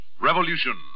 Revolution